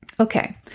Okay